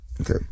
okay